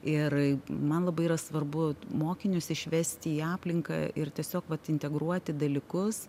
ir man labai yra svarbu mokinius išvesti į aplinką ir tiesiog vat integruoti dalykus